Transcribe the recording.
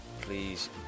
please